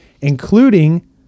including